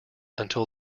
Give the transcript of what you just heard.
until